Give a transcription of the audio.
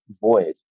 void